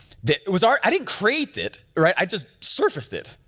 that was art, i didn't create it, right, i just surfaced it.